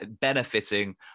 benefiting